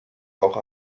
auch